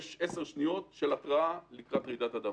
6, 10 שניות התרעה לקראת רעידת אדמה.